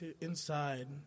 inside